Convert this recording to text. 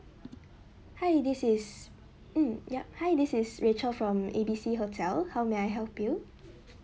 hi this is um yup hi this is rachel from A B C hotel how may I help you